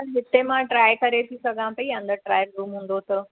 हिते मां ट्राए करे थी सघां पेई अंदरि ट्राएल रूम हूंदो त